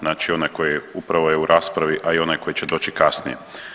Znači onaj koji je upravo je u raspravi, a i onaj koji će doći kasnije.